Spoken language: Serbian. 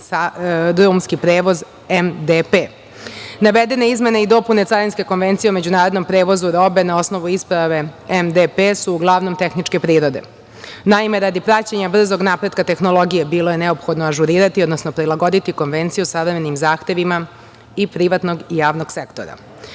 drumski prevoz MDP.Navedene izmene i dopune Carinske konvencije o međunarodnom prevozu robe na osnovu isprave MDP su uglavnom tehničke prirode. Naime, radi praćenja brzog napretka tehnologije bilo je neophodno ažurirati, odnosno prilagoditi Konvenciju savremenim zahtevima i privatnog i javnog sektora. Shodno